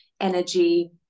energy